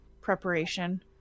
preparation